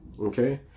okay